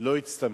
לא הצטמצם.